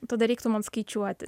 tada reiktų man skaičiuoti